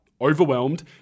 overwhelmed